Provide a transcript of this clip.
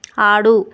ఆడు